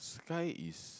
sky is